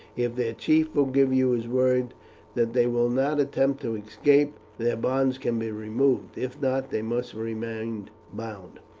if their chief will give you his word that they will not attempt to escape, their bonds can be removed if not, they must remain bound.